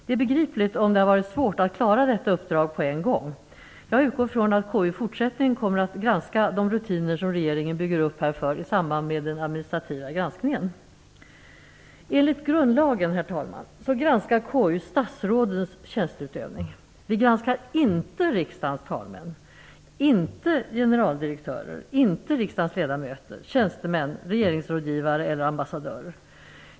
Det är begripligt om det har varit svårt att klara detta uppdrag på en gång. Jag utgår från att KU i fortsättningen kommer att granska de rutiner som regeringen bygger upp härför i samband med den administrativa granskningen. Herr talman! Enligt grundlagen granskar KU statsrådens tjänsteutövning. Vi granskar inte riksdagens ledamöter, talmän, generaldirektörer, tjänstemän, regeringsrådgivare eller ambassadörer.